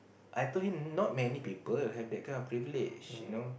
I told him not many people got that kind of privilege you know